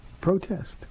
protest